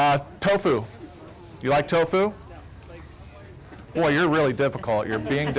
to you like tofu while you're really difficult you're being